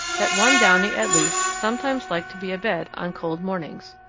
that one downy at least sometimes liked to be abed on cold mornings.